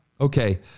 Okay